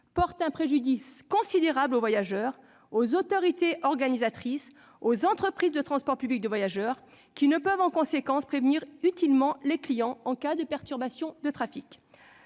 porte un préjudice considérable aux voyageurs, aux autorités organisatrices et aux entreprises de transport public de voyageurs, qui ne peuvent prévenir utilement les clients ... Les usagers !... en cas de perturbations de trafic.